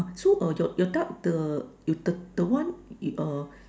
so uh your your duck the the one uh